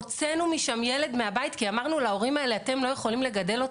הוצאנו משם ילד מהבית כי אמרנו להורים האלה: אתם לא יכולים לגדל אותו.